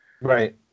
Right